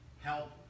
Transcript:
help